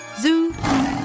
Zoo